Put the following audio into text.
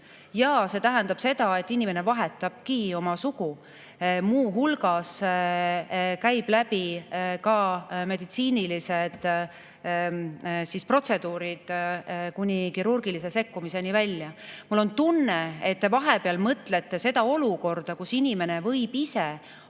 See tähendab seda, et inimene vahetabki oma sugu, muu hulgas [teeb] läbi ka meditsiinilised protseduurid kuni kirurgilise sekkumiseni välja. Mul on tunne, et te vahepeal mõtlete seda olukorda, kus inimene võib ise anda